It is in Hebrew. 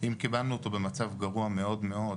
אם קיבלנו אותו במצב גרוע מאוד מאוד,